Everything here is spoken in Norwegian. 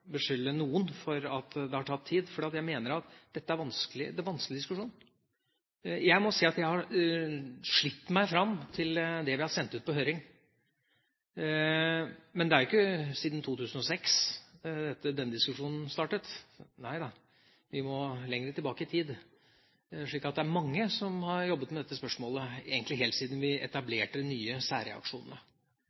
beskylde noen for at det har tatt tid, fordi jeg mener at dette er vanskelig. Det er en vanskelig diskusjon. Jeg må si at jeg har slitt meg fram til det vi har sendt ut på høring. Men det var jo ikke i 2006 denne diskusjonen startet. Nei da! Vi må lenger tilbake i tid. Det er mange som har jobbet med dette spørsmålet – egentlig helt siden vi etablerte de nye særreaksjonene,